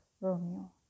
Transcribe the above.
Romeo